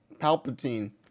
Palpatine